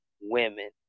women